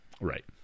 Right